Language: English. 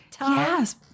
Yes